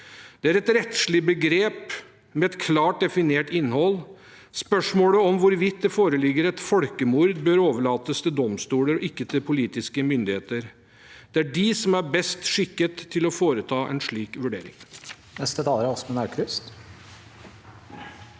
Det er et rettslig begrep med et klart definert innhold. Spørsmålet om hvorvidt det foreligger et folkemord, bør overlates til domstoler og ikke til politiske myndigheter. Det er de som er best skikket til å foreta en slik vurdering.